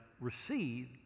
Receive